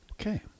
Okay